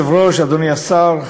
אדוני היושב-ראש, אדוני השר,